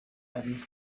ari